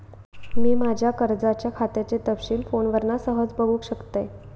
मी माज्या कर्जाच्या खात्याचे तपशील फोनवरना सहज बगुक शकतय